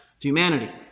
humanity